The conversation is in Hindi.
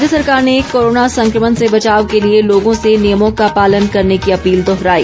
राज्य सरकार ने कोरोना संक्रमण से बचाव के लिए लोगों से नियमों का पालन करने की अपील दोहराई